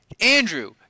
Andrew